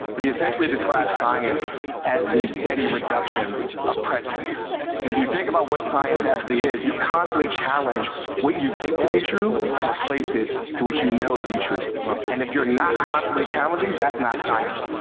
but he essentially described science as the steady reduction of prejudice. and if you think about what science actually is, you constantly challenge what you think to be true, and replace it to what you know to be true and if you're not constantly challenging, that's not science.